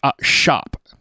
shop